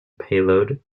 payload